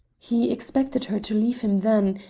he expected her to leave him then,